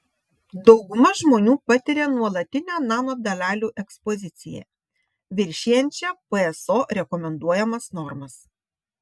dauguma žmonių patiria nuolatinę nanodalelių ekspoziciją viršijančią pso rekomenduojamas normas